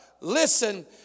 listen